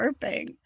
burping